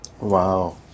Wow